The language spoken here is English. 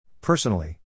Personally